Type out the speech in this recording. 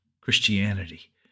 Christianity